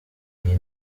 iyi